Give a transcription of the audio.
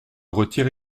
retire